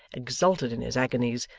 exulted in his agonies,